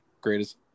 greatest